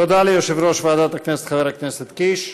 תודה ליושב-ראש ועדת הכנסת חבר הכנסת קיש.